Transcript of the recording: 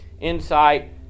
insight